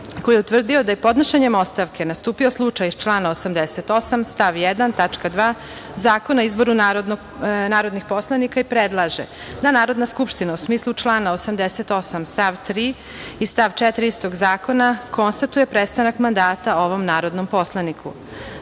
koji je utvrdio da je podnošenjem ostavke nastupio slučaj iz člana 88. stav 1. tačka 2. Zakona o izboru narodnih poslanika i predlaže – da Narodna skupština u smislu člana 88. stav 3. i stav 4. istog zakona, konstatuje prestanak mandata ovom narodnom poslaniku. Saglasno